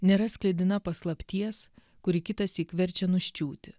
nėra sklidina paslapties kuri kitąsyk verčia nuščiūti